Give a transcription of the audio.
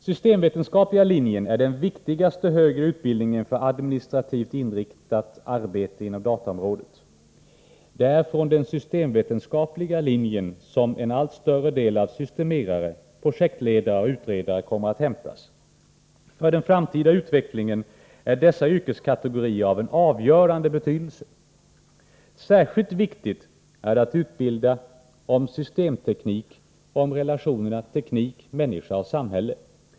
Systemvetenskapliga linjen är den viktigaste högre utbildningen för administrativt inriktat arbete inom dataområdet. Det är från den systemvetenskapliga linjen som en allt större del av systemerare, projektledare och utredare kommer att hämtas. För den framtida utvecklingen är dessa yrkeskategorier av en avgörande betydelse. Särskilt viktigt är det att utbilda om systemteknik och om relationerna teknik-människa-samhälle.